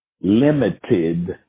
limited